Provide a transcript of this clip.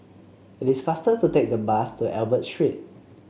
it is faster to take the bus to Albert Street